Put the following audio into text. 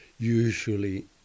Usually